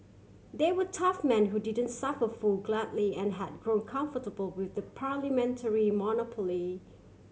they were tough man who didn't suffer fool gladly and had grown comfortable with a parliamentary monopoly